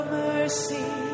mercy